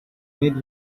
need